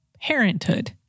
parenthood